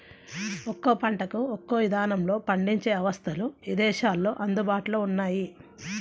ఒక్కో పంటకు ఒక్కో ఇదానంలో పండించే అవస్థలు ఇదేశాల్లో అందుబాటులో ఉన్నయ్యి